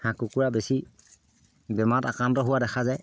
হাঁহ কুকুৰা বেছি বেমাৰত আক্ৰান্ত হোৱা দেখা যায়